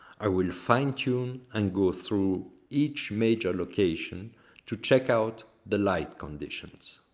i will fine tune and go through each major location to check-out the light conditions.